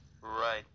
right